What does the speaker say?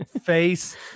face